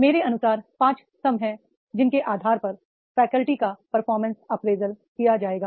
मेरे अनुसार पांच स्तंभ हैं जिनके आधार पर फैकल्टी का परफॉर्मेंस अप्रेजल किया जाएगा